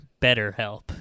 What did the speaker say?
BetterHelp